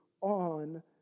on